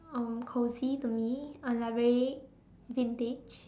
um cosy to me uh like very vintage